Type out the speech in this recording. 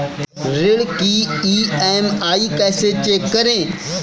ऋण की ई.एम.आई कैसे चेक करें?